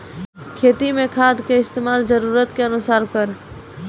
खेती मे खाद के इस्तेमाल जरूरत के अनुसार करऽ